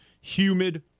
humid